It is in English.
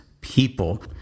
people